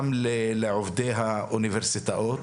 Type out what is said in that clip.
גם לעובדי האוניברסיטאות.